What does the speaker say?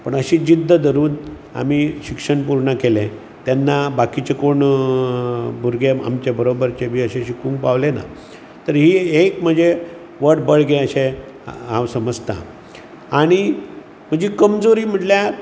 पूण अशी जिद्द धरून आमी शिक्षण पुर्ण केलें तेन्ना बाकिचे कोण भुरगे आमचे बरोबरचे बी अशे शिकूंक पावले नात तरी एक म्हजे पोट बळगें अशें हांव समजतां आनी म्हजी कमजोरी म्हटल्यार